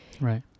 Right